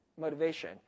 motivation